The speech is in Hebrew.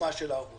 קיומה של הערבות.